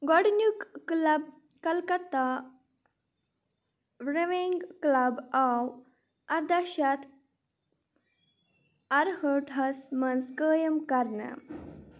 گۄڈنیُک club Calcutta rowing club آو اَرداہ شَتھ اَرہٲٹَھَس منٛز قٲیِم کرنہٕ